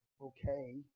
okay